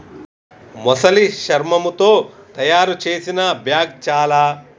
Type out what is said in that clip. మొసలి శర్మముతో తాయారు చేసిన బ్యాగ్ చాల